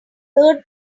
third